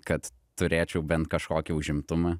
kad turėčiau bent kažkokį užimtumą